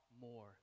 more